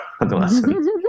adolescent